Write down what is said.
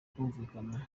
kumvikana